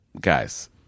Guys